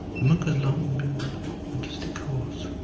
the monk has long been a dusty corse,